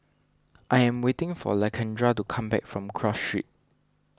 I am waiting for Lakendra to come back from Cross Street